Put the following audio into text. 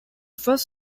first